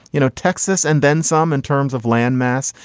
you know, texas and then some in terms of landmass.